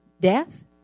death